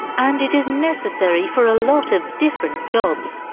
and it is necessary for a lot of different jobs.